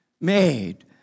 made